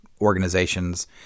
organizations